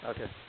Okay